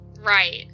Right